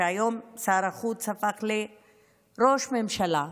והיום שר החוץ הפך לראש הממשלה,